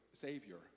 Savior